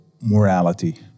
morality